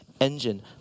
engine